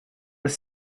were